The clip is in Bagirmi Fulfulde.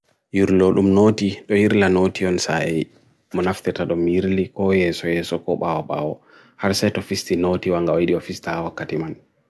Yur lulum noti, doi yur lul noti on sae, munafthetadum mireli ko e, so yeso ko ba o ba o, haraset ofisti noti wanga audio ofista awa katiman.